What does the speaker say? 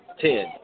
ten